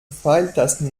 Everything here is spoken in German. pfeiltasten